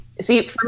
see